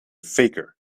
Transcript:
faker